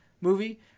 movie